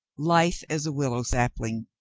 lithe as a willow sapling,